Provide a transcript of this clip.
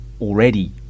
already